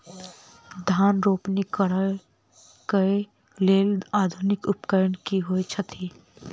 धान रोपनी करै कऽ लेल आधुनिक उपकरण की होइ छथि?